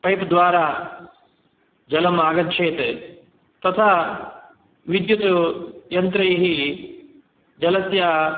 पैप्द्वारा जलम् आगच्छेत् तथा विद्युत् यन्त्रैः जलस्य